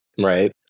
right